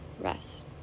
rest